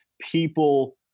people